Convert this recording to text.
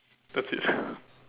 that's it